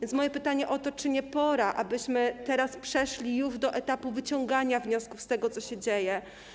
Więc moje pytanie jest o to, czy nie pora, abyśmy teraz przeszli już do etapu wyciągania wniosków z tego, co się dzieje.